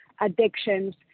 addictions